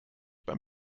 beim